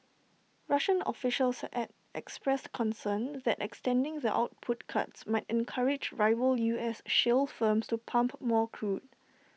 Russian officials had Ad expressed concern that extending the output cuts might encourage rival U S shale firms to pump more crude